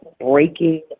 breaking